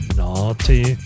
naughty